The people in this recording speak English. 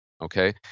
Okay